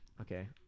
Okay